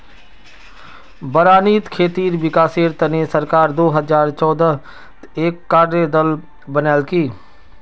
बारानीत खेतीर विकासेर तने सरकार दो हजार चौदहत एक कार्य दल बनैय्यालकी